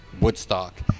Woodstock